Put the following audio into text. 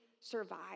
survive